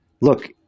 Look